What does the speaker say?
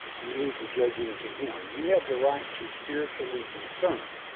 you leave the judging to him you have the right to spiritually discern,